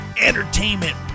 entertainment